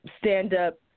stand-up